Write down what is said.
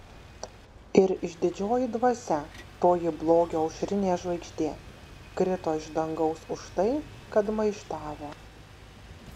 ir išdidžioji dvasia toji blogio aušrinė žvaigždė krito iš dangaus už tai kad maištavo